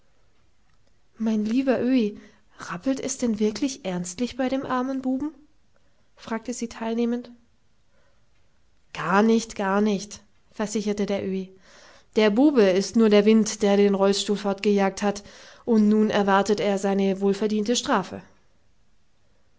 mein lieber öhi rappelt es denn wirklich ernstlich bei dem armen buben fragte sie teilnehmend gar nicht gar nicht versicherte der öhi der bube ist nur der wind der den rollstuhl fortgejagt hat und nun erwartet er seine wohlverdiente strafe